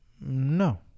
no